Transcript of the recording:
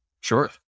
Sure